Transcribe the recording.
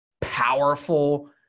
powerful